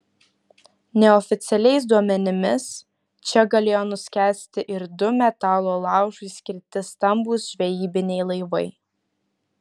neoficialiais duomenimis čia galėjo nuskęsti ir du metalo laužui skirti stambūs žvejybiniai laivai